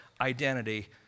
identity